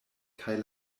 kaj